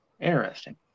interesting